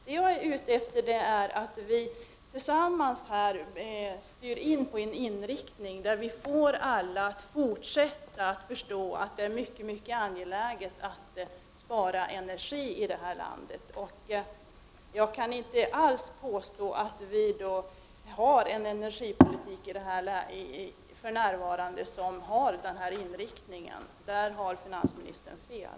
Vad jag är ute efter är att vi tillsammans skall styra in mot en inriktning som leder till att alla skall förstå att det också i fortsättningen är mycket angeläget att spara energi i vårt land. Jag kan inte finna att vi för närvarande har en energipolitik med denna inriktning. Där har finansministern fel.